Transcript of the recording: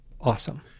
awesome